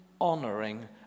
honoring